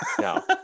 No